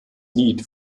lied